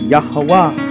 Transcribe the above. Yahweh